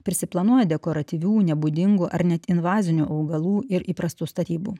prisiplanuoja dekoratyvių nebūdingų ar net invazinių augalų ir įprastų statybų